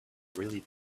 really